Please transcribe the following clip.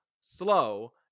slow